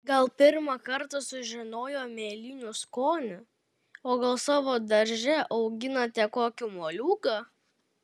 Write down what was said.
gal pirmą kartą sužinojo mėlynių skonį o gal savo darže auginate kokį moliūgą